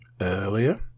Earlier